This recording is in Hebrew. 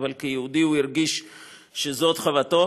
אבל כיהודי הוא הרגיש שזאת חובתו.